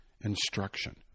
instruction